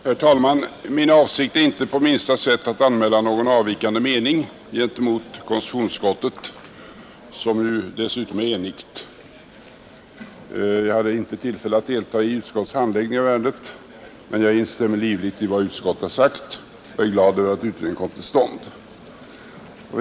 Herr talman! Min avsikt är inte på minsta sätt att anmäla någon avvikande mening gentemot konstitutionsutskottet som dessutom är enigt. Jag hade inte tillfälle att delta i utskottets handläggning av ärendet, men jag instämmer livligt i vad utskottet har sagt och är glad över att en utredning kommer till stånd.